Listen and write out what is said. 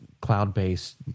cloud-based